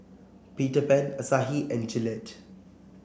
Peter Pan Asahi and Gillette